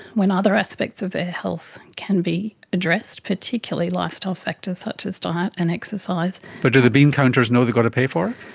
when other aspects of their health can be addressed, particularly lifestyle factors such as diet and exercise. but do the bean counters know they've got to pay for